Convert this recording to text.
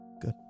Good